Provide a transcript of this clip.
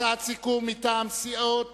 הצעת סיכום מטעם סיעות